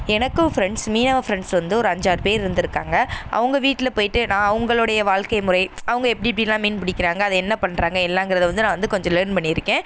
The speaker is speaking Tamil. எனக்கும் ஃப்ரெண்ட்ஸ் மீனவ ஃப்ரெண்ட்ஸ் வந்து ஒரு அஞ்சாறு பேர் இருந்திருக்காங்க அவங்க வீட்டில் போய்ட்டு நான் அவுங்களுடைய வாழ்க்கை முறை அவங்க எப்படி எப்படிலாம் மீன் பிடிக்கிறாங்க அதை என்ன பண்ணுறாங்க எல்லாங்கிறத வந்து நான் வந்து கொஞ்சம் லேர்ன் பண்ணியிருக்கேன்